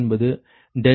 86 01